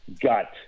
Gut